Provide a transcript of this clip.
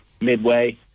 midway